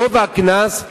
גובה הקנס,